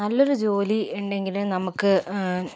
നല്ലൊരു ജോലി ഉണ്ടെങ്കിൽ നമുക്ക്